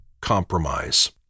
compromise